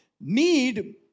need